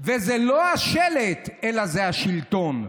וזה לא השלט אלא זה השלטון.